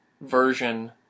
version